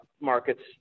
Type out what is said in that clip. markets